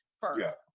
first